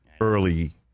early